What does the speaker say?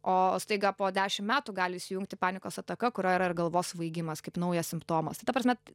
o staiga po dešimt metų gali įsijungti panikos ataka kurioj yra ir galvos svaigimas kaip naujas simptomas tai ta prasmet